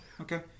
okay